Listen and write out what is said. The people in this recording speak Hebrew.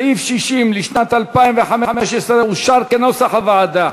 סעיף 60 לשנת 2015 אושר כנוסח הוועדה.